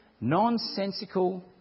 nonsensical